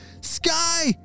Sky